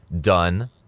done